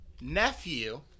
nephew